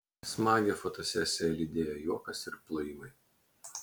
smagią fotosesiją lydėjo juokas ir plojimai